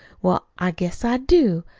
well, i guess i do!